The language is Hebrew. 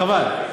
חבל.